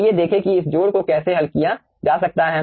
आइए देखें कि इस जोड़ को कैसे हल किया जा सकता है